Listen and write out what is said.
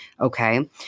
Okay